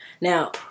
Now